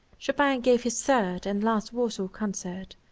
chopin gave his third and last warsaw concert.